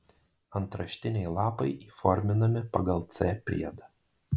antraštiniai lapai įforminami pagal c priedą